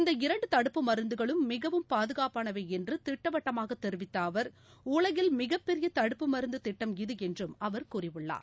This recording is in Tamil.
இந்த இரண்டுதடுப்பு மருந்தகளும் மிகவும் பாதுகாப்பானவைஎன்றுதிட்டவட்டமாகதெரிவித்தஅவர் உலகில் மிகப்பெரியதடுப்பு மருந்துதிட்டம் இது என்றும் அவர் கூறியுள்ளார்